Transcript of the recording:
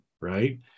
Right